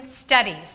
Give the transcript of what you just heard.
studies